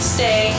Stay